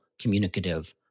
communicative